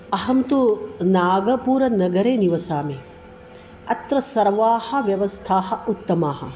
अहं तु नागपुरनगरे निवसामि अत्र सर्वाः व्यवस्थाः उत्तमाः